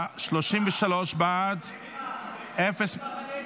להעביר את הצעת חוק הספורט (תיקון דגל מדינת ישראל על מדי נבחרות